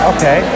Okay